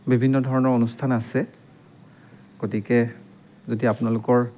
বিভিন্ন ধৰণৰ অনুষ্ঠান আছে গতিকে যদি আপোনালোকৰ